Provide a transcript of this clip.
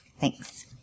Thanks